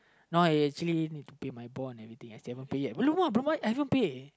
now I actually need to pay my bond everything I haven't pay yet but I haven't pay